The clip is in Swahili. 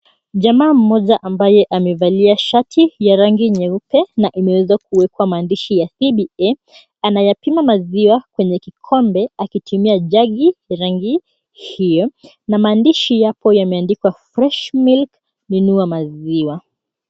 Jamaa mmoja ambaye amevalia shati ya rangi nyeupe na imewezwa kuwekwa maandishi ya CBA anayapima maziwa kwenye kikombe akitumia jagi ya rangi hio na maandishi yapo yameandikwa fresh milk nunua maziwa.